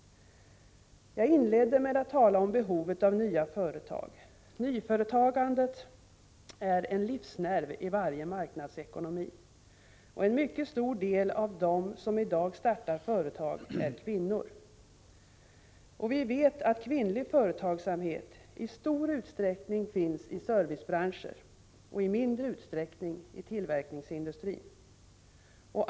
Jag inledde med att tala om behovet av nya företag. Nyföretagande är en livsnerv i varje marknadsekonomi. En mycket stor del av dem som i dag startar företag är kvinnor. Vi vet att kvinnlig företagsamhet i stor utsträckning finns i servicebranscher och i mindre utsträckning i tillverkningsindustrin.